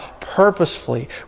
purposefully